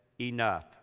enough